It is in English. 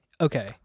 okay